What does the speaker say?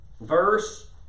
verse